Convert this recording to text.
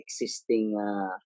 existing